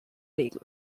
legen